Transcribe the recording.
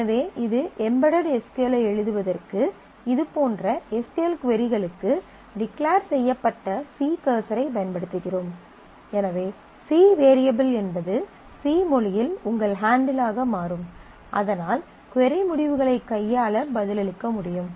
எனவே இது embedded S Q L ஐ எழுதுவதற்கு இதுபோன்ற எஸ் க்யூ எல் கொரிகளுக்கு டிக்ளேர் செய்யப்பட்ட C கர்சரைப் பயன்படுத்துகிறோம் எனவே C வேரியபிள் என்பது C மொழியில் உங்கள் ஹாண்டில் ஆக மாறும் அதனால் கொரி முடிவுகளைக் கையாள பதிலளிக்க முடியும்